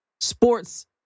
sports